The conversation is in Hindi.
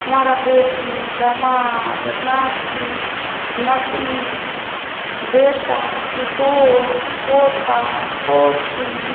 हमारी बेटी दामाद नाती नातिन बेटा पुतोहु पोता पोती